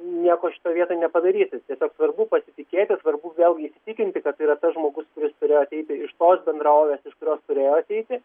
nieko šitoj vietoj nepadarysi tiesiog svarbu pasitikėti svarbu vėlgi įsitikinti kad tai yra tas žmogus kuris turėjo ateiti iš tos bendrovės iš kurios turėjo ateiti